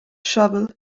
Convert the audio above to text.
shovel